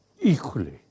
equally